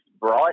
Bright